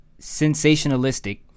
sensationalistic